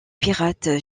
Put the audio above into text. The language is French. pirates